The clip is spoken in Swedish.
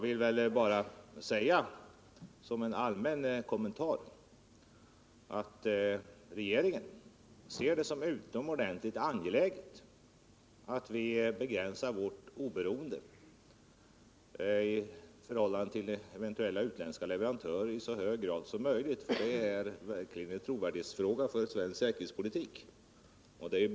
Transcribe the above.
Såsom en allmän kommentar vill jag säga att regeringen ser det såsom utomordentligt angeläget att vi i så hög grad som möjligt begränsar vårt beroende av eventuella utländska leverantörer. Det är verkligen en trovärdighetsfråga för svensk säkerhetspolitik. BI.